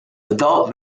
adult